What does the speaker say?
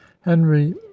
henry